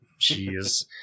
Jeez